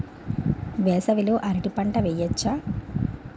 వేసవి లో అరటి పంట వెయ్యొచ్చా?